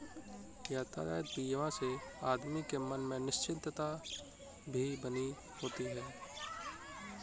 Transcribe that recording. यातायात बीमा से आदमी के मन में निश्चिंतता भी बनी होती है